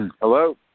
Hello